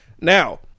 Now